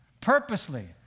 purposely